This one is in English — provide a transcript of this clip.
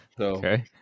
Okay